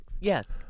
Yes